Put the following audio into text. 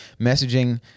messaging